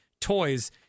toys